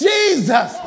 Jesus